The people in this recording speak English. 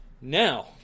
Now